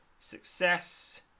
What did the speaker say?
Success